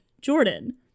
Jordan